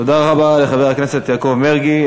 תודה רבה לחבר הכנסת יעקב מרגי.